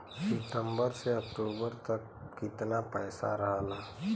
सितंबर से अक्टूबर तक कितना पैसा रहल ह?